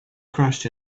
crashed